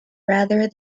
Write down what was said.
rather